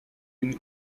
une